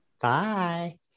Bye